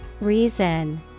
Reason